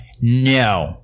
no